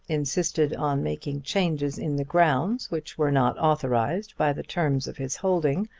insisted on making changes in the grounds which were not authorised by the terms of his holding,